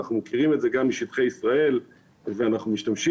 אנחנו גם מכירים את זה משטחי ישראל ואנחנו משתמשים